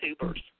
tubers